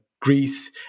Greece